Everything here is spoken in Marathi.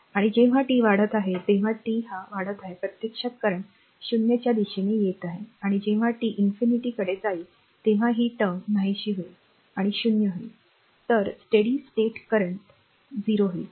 आणि जेव्हा टी वाढत आहे जेव्हा टी हा वाढत आहे प्रत्यक्षात करेंट 0 च्या दिशेने येत आहे आणि जेव्हा टी infinityअनंताकडे जाईल तेव्हा ही टर्म नाहीशी होईल आणि 0 होईल तर steady state current स्थिर स्थितीत करेंट 0 होईल